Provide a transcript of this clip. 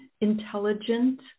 intelligent